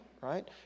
right